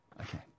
Okay